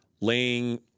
laying